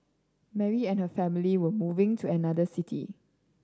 Mary and her family were moving to another city